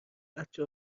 بچه